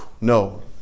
no